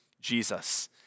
Jesus